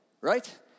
right